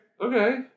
Okay